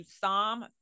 Psalm